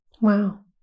Wow